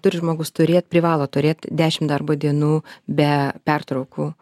turi žmogus turėt privalo turėt dešim darbo dienų be pertraukų